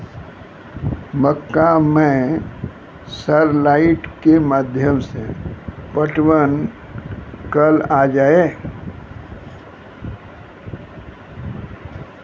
मक्का मैं sir light के माध्यम से पटवन कल आ जाए?